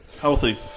Healthy